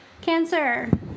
Cancer